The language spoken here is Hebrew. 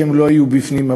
שלא היו בפנים,